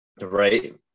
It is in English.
right